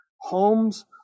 Holmes